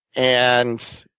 and